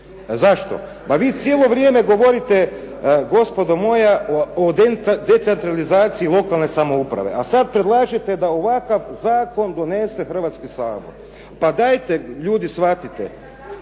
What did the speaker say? Zašto? Vi cijelo vrijeme govorite gospodo moja o decentralizaciji lokalne samouprave, a sad predlažete da ovakav zakon donese Hrvatski sabor. Pa dajte ljudi shvatite.